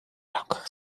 рамках